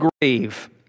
grave